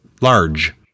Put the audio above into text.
Large